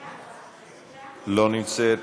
אינה נוכחת,